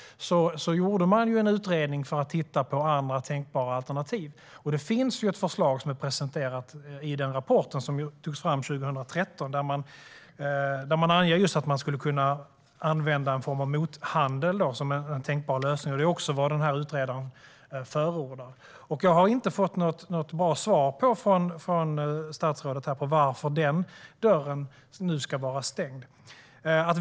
För att se på andra tänkbara alternativ gjordes en utredning. I den rapport som togs fram 2013 presenterades ett förslag om mothandel som tänkbar lösning. Detta förordade dessutom utredaren. Jag har inte fått något bra svar från statsrådet varför den dörren nu ska vara stängd.